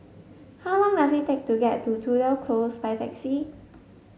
how long does it take to get to Tudor Close by taxi